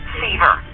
fever